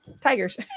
tigers